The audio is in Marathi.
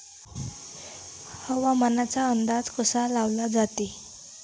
हवामानाचा अंदाज कसा लावला जाते?